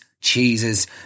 cheeses